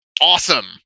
awesome